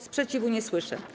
Sprzeciwu nie słyszę.